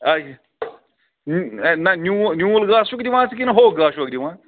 آچھ نہ نیوٗ نیوٗل گاسہٕ چھُکھ دِوان ژٕ کِنہٕ ہوٚکھ گاسہٕ چھُکھ دِوان